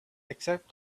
except